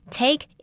take